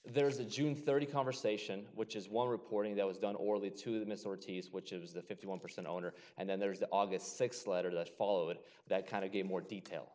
there's a june thirty conversation which is one reporting that was done or lead to the miss ortiz which is the fifty one percent owner and then there's the august th letter that followed that kind of gave more detail